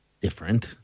different